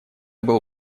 был